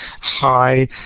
high